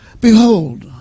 behold